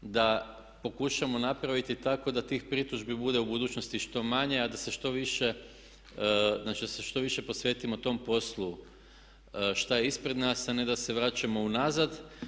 da pokušamo napraviti tako da tih pritužbi bude u budućnosti što manje, a da se što više posvetimo tom poslu što je ispred nas, a ne da se vraćamo unazad.